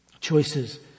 choices